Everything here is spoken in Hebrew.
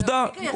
עובדה,